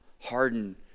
harden